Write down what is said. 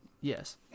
Yes